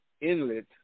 inlet